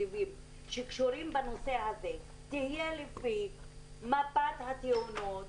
תקציבים שקשורים בנושא הזה תהיה לפי מפת התאונות,